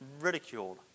ridiculed